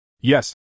Yes